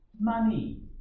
money